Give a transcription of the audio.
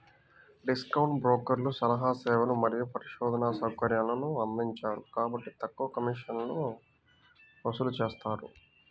discount బ్రోకర్లు సలహా సేవలు మరియు పరిశోధనా సౌకర్యాలను అందించరు కాబట్టి తక్కువ కమిషన్లను వసూలు చేస్తారు